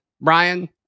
Brian